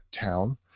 town